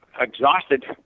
exhausted